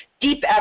deep